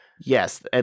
Yes